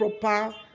proper